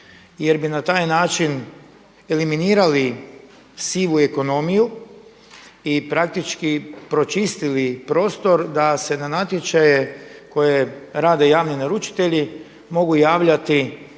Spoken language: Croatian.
jer bi na taj način eliminirali sivu ekonomiju i praktički pročistili prostor da se na natječaje koje rade javni naručitelji mogu javljati